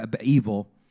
evil